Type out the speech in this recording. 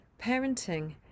Parenting